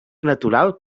natural